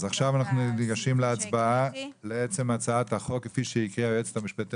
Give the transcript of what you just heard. עכשיו אנחנו ניגשים להצבעה לעצם הצעת החוק כפי שהקריאה היועצת המשפטית